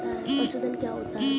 पशुधन क्या होता है?